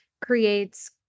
Creates